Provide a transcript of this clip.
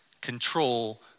control